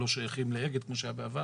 לא שייכים לאגד כמו שהיה בעבר,